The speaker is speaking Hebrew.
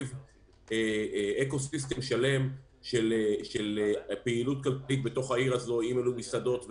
מסביב מערכת שלמה של פעילות כספית בתוך העיר: מסעדות,